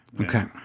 Okay